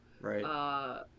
right